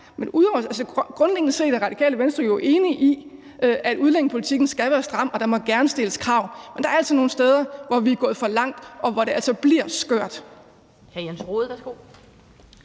grundlæggende set er Radikale Venstre jo enige i, at udlændingepolitikken skal være stram, og at der gerne må stilles krav, men der er altså nogle steder, hvor vi er gået for langt, og hvor det altså bliver skørt.